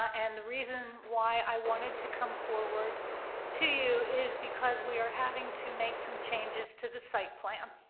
and the reason why i wanted to come forward to you is because we are having to make some changes to the site plan,